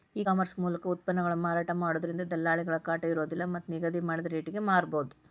ಈ ಕಾಮರ್ಸ್ ಮೂಲಕ ಉತ್ಪನ್ನಗಳನ್ನ ಮಾರಾಟ ಮಾಡೋದ್ರಿಂದ ದಲ್ಲಾಳಿಗಳ ಕಾಟ ಇರೋದಿಲ್ಲ ಮತ್ತ್ ನಿಗದಿ ಮಾಡಿದ ರಟೇಗೆ ಮಾರಬೋದು